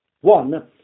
One